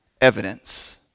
evidence